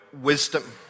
wisdom